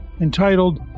entitled